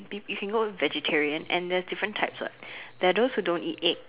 be a single vegetarian and there's different types what there's those who don't eat egg